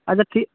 আচ্ছা ঠিক